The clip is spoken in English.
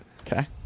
Okay